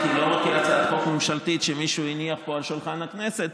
כי אני לא מכיר הצעת חוק ממשלתית שמישהו הניח על שולחן הכנסת.